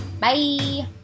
Bye